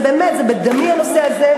זה באמת בדמי הנושא הזה.